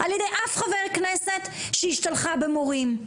על ידי אף חבר כנסת שהשתלחה במורים.